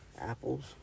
Apples